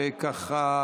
וככה,